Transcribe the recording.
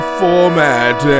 format